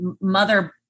mother